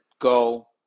go